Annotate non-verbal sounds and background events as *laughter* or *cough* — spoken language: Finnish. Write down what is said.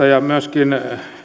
*unintelligible* ja myöskin